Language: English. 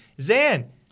Zan